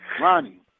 Ronnie